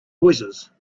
voicesand